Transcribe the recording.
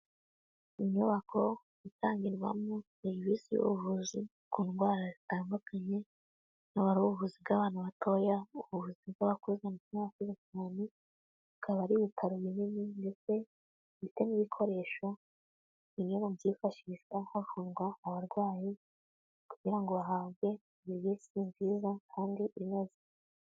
Inyubako itangirwamo serivisi y'ubuvuzi ku ndwara zitandukanye, yaba ari ubuvuzi bw'abantu batoya, ubuvuzi bw'abakuze ndetse n'abakuze cyane, bikaba ari ibitaro binini ndetse bifite n'ibikoresho bimwe mu byifashishwa havugwa abarwayi kugirango ngo bahabwe serivisi nziza kandi inoze.